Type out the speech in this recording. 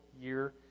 year